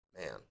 Man